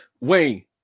Wayne